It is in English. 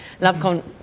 love